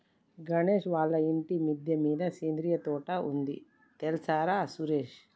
గణేష్ వాళ్ళ ఇంటి మిద్దె మీద సేంద్రియ తోట ఉంది తెల్సార సురేష్